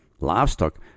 Livestock